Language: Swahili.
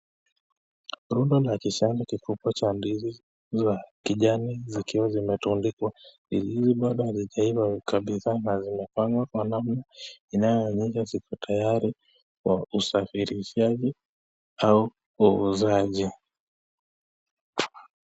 Rundo la kishamba kikubwa cha ndizi za kijani zikiwa zimetundikwa .Ndizi hii bado hazijaiva kabisa na zimepangwa kwa namna inayoonyesha ziko tayari kwa usafirishaji au uuzaji.